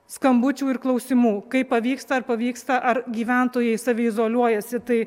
skambučių ir klausimų kaip pavyksta ar pavyksta ar gyventojai saviizoliuojasi tai